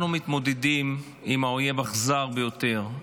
אנחנו מתמודדים עם אויב אכזר ביותר,